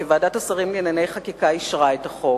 כי ועדת השרים לענייני חקיקה אישרה את החוק.